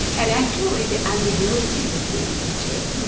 and actually the ambiguity between the two.